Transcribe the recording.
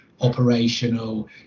operational